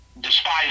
despise